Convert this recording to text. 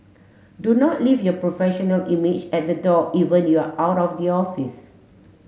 do not leave your professional image at the door even you are out of the office